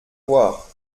voir